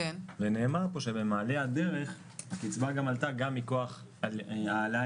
ונאמר פה שבמעלה הדרך הקצבה גם עלתה גם מכוח העלאה